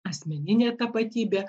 asmeninė tapatybė